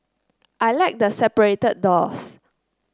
I like the separated doors